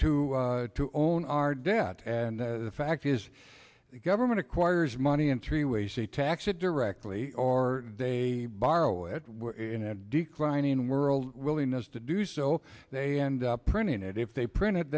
to to own our debt and the fact is the government acquires money in three ways to tax it directly or they borrow it we're in a declining world willingness to do so they end up printing it if they print it